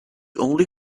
only